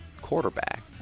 quarterback